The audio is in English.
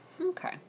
Okay